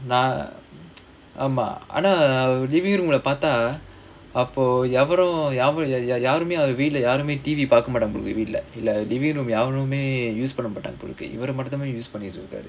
நா ஆமா ஆனா:naa aamaa aanaa living room பாத்தா அப்போ எவரும் யாருமே அவர் வீட்டுல யாருமே:paathaa appo evarum yaarumae avar veetla yaarumae T_V பாக்க மாட்டாங்க போலயிருக்கு வீட்டுல:paakka maattaanga polayirukku veetula living room யாருமே:yaarumae use பண்ண மாட்டாங்க போலிருக்கு இவர் மட்டுந்தா:panna maattaanga polayirukku ivar mattunthaa use பண்ணிட்டு இருக்காரு:pannittu irukkaaru